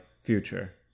future